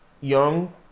young